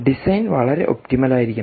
design വളരെ optimal ആയിരിക്കണം